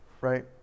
right